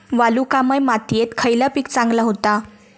वालुकामय मातयेत खयला पीक चांगला होता?